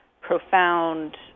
profound